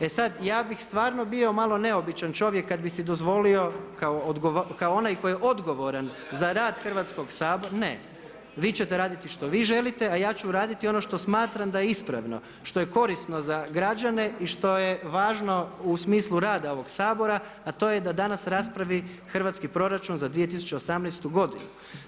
E sad ja bih stvarno bio malo neobičan čovjek kad bi si dozvolio kao onaj koji je odgovoran za rad Hrvatskog sabora, ne, vi ćete raditi što vi želite, a ja ću raditi ono što smatram da je ispravno, što je korisno za građane i što je važno u smislu rada ovog Sabora, a to je da danas raspravi hrvatski proračun za 2018. godinu.